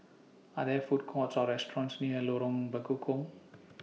Are There Food Courts Or restaurants near Lorong Bekukong